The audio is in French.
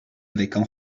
avec